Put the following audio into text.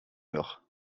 doch